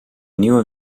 nieuwe